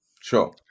Sure